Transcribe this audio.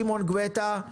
שמעון גואטה,